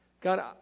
God